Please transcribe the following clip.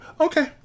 Okay